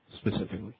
specifically